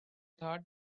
thought